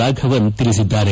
ರಾಫವನ್ ತಿಳಿಸಿದ್ದಾರೆ